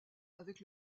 avec